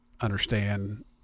understand